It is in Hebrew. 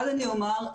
דבר ראשון,